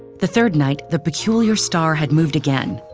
the third night, the peculiar star had moved again.